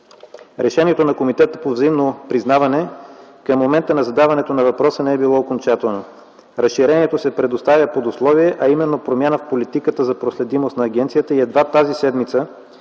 Решението на Комитета по взаимно признаване към момента на задаването на въпроса не е било окончателно. Разширението се предоставя под условие, а именно промяната в политиката за проследимост на агенцията. Едва тази седмица